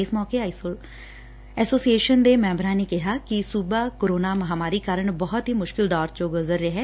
ਇਸ ਮੌਕੇ ਐਸੋਸੀਏਸ਼ਨ ਦੇ ਮੈਬਰਾ ਨੇ ਕਿਹਾ ਕਿ ਸੁਬਾ ਕੋਰੋਨਾ ਮਹਾਮਾਰੀ ਕਾਰਨ ਬਹੁਤ ਹੀ ਮੁਸ਼ਿਕਲ ਦੌਰ ਚੋ ਗੁਜ਼ਰ ਰਿਹੈ